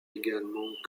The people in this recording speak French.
également